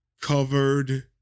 covered